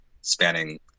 spanning